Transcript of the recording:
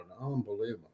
Unbelievable